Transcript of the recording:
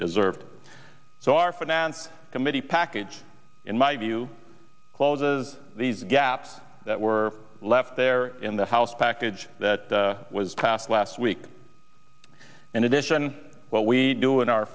deserved so our finance committee package in my view closes these gaps that were left there in the house package that was passed last week in addition what we do in our